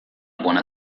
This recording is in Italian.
buona